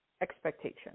expectation